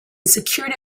secured